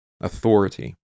Authority